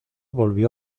volvió